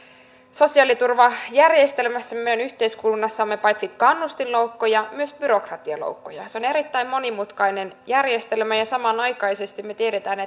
sosiaaliturvajärjestelmässämme yhteiskunnassamme paitsi kannustinloukkuja myös byrokratialoukkuja se on erittäin monimutkainen järjestelmä ja samanaikaisesti me tiedämme